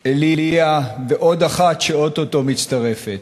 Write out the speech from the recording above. אליה ועוד אחת שאו-טו-טו מצטרפת,